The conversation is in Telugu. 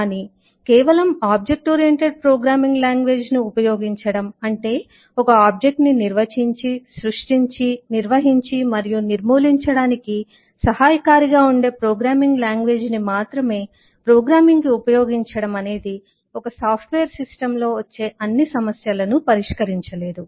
కానీ కేవలం ఆబ్జెక్ట్ ఓరియంటెడ్ ప్రోగ్రామింగ్ లాంగ్వేజ్ ను ఉపయోగించడం అంటే ఒక ఆబ్జెక్ట్ ని నిర్వచించి సృష్టించి నిర్వహించి మరియు నిర్మూలించడానికి సహాయకారిగా ఉండే ప్రోగ్రామింగ్ లాంగ్వేజ్ ని మాత్రమే ప్రోగ్రామింగ్ కి ఉపయోగించడం అనేది ఒక సాఫ్ట్ వేర్ సిస్టంలో వచ్చే అన్ని సమస్యలను పరిష్కరించలేదు